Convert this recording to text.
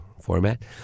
format